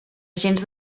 agents